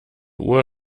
uhr